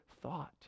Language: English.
thought